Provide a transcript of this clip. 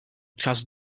czas